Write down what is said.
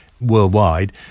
worldwide